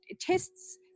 tests